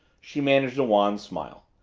she managed a wan smile.